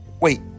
wait